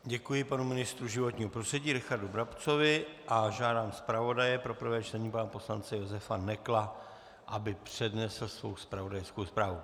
Děkuji panu ministru životního prostředí Richardu Brabcovi a žádám zpravodaje pro prvé čtení pana poslance Josefa Nekla, aby přednesl svoji zpravodajskou zprávu.